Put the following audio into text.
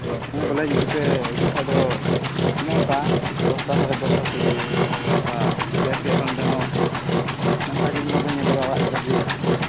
ᱦᱮᱸ ᱵᱚᱞᱮ ᱡᱩᱫᱤ ᱯᱮ ᱦᱤᱡᱩᱜ ᱠᱷᱟᱱ ᱫᱚ ᱚᱱᱮ ᱚᱱᱠᱟ ᱫᱚᱥᱴᱟ ᱥᱟᱲᱮ ᱫᱚᱥᱴᱟ ᱠᱷᱚᱱᱜᱮ ᱞᱮᱹᱴ ᱦᱩᱭᱩᱜ ᱟᱛᱳ ᱱᱚᱛᱮ ᱦᱚᱸ ᱱᱚᱝᱠᱟᱜᱮ ᱤᱧ ᱦᱚᱸ ᱵᱟᱹᱧ ᱦᱮᱡ ᱜᱚᱫᱚᱜᱼᱟ ᱚᱲᱟᱜ ᱠᱚᱨᱮᱜ ᱜᱮ